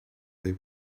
they